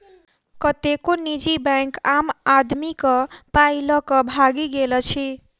कतेको निजी बैंक आम आदमीक पाइ ल क भागि गेल अछि